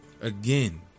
again